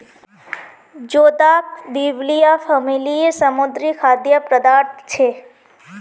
जोदाक बिब्लिया फॅमिलीर समुद्री खाद्य पदार्थ छे